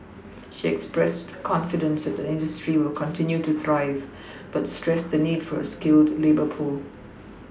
she expressed confidence that the industry will continue to thrive but stressed the need for a skilled labour pool